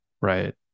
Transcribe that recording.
right